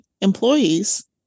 employees